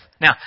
Now